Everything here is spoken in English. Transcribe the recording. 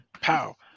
pow